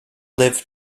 live